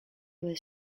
was